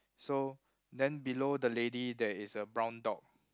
so then below the lady there is a brown dog